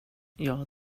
jag